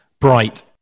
Bright